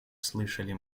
слышали